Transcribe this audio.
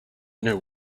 know